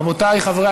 רבותי חברי